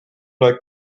like